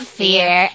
fear